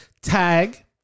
Tag